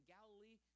Galilee